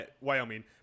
Wyoming